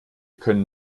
können